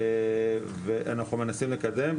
ואנחנו מנסים לקדם,